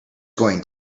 going